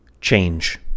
change